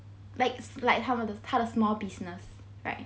like is like 他们的他的 small business right